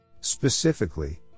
Specifically